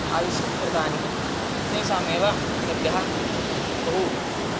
आविष्कृतानि तेषामेव सद्यः बहु